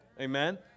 Amen